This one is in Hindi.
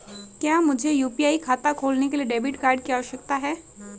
क्या मुझे यू.पी.आई खाता खोलने के लिए डेबिट कार्ड की आवश्यकता है?